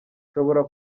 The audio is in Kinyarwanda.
nshobora